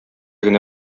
генә